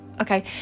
Okay